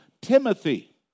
Timothy